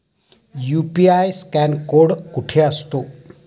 UPI scan code कुठे असतो?